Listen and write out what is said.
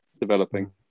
developing